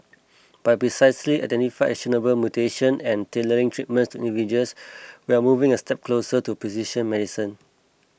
by precisely identifying actionable mutations and tailoring treatments to individuals we are moving a step closer to precision medicine